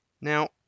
Now